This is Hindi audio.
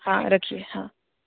हाँ रखिए हाँ